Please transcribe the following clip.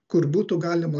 kur būtų galima